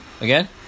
Again